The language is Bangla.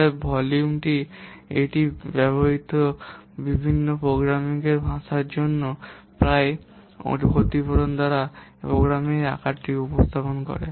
অতএব ভলিউম এটি ব্যবহৃত বিভিন্ন প্রোগ্রামিং ভাষার প্রভাবের জন্য প্রায় ক্ষতিপূরণ দ্বারা প্রোগ্রামের এই আকারকে উপস্থাপন করে